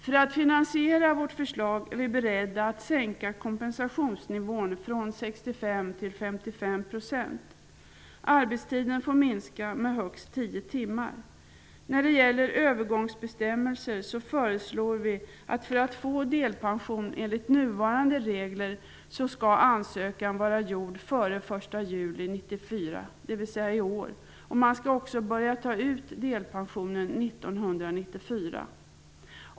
För att finansiera vårt förslag är vi beredda att sänka kompensationsnivån från 65 till 55 %. Arbetstiden får minska med högst tio timmar. När det gäller övergångsbestämmelser så föreslår vi att för att man skall få delpension enligt nuvarande regler skall ansökan vara gjord före den 1 juli 1994, dvs. i år, och man skall börja ta ut delpensionen 1994.